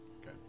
Okay